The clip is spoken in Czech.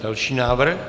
Další návrh.